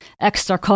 extra